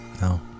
No